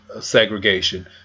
segregation